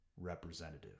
representative